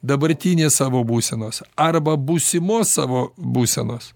dabartinės savo būsenos arba būsimos savo būsenos